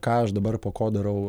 ką aš dabar po ko darau